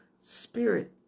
spirit